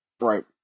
Right